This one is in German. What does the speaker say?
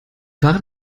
war